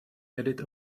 added